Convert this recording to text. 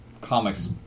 comics